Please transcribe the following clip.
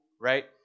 right